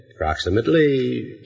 Approximately